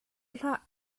hlah